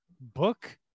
Book